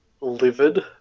livid